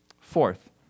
Fourth